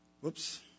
Whoops